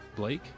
Blake